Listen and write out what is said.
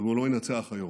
והוא לא ינצח היום.